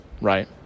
right